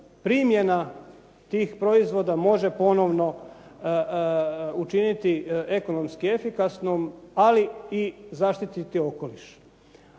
primjena tih proizvoda može ponovno učiniti ekonomski efikasnom ali i zaštititi okoliš.